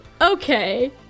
Okay